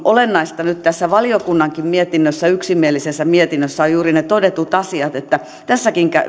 olennaista nyt tässä valiokunnankin yksimielisessä mietinnössä on juuri ne todetut asiat että tässäkin